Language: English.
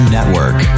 Network